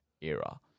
era